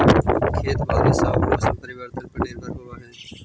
खेती बारिश आऊ मौसम परिवर्तन पर निर्भर होव हई